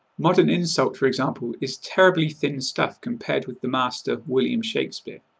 modern insult, for example, is terribly thin stuff compared with the master, william shakespeare.